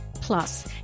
Plus